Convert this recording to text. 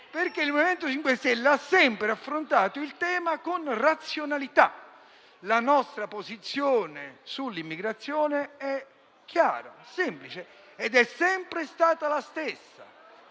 perché - e lo sapete bene - ha sempre affrontato il tema con razionalità. La nostra posizione sull'immigrazione è chiara e semplice ed è sempre stata la stessa.